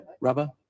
Rubber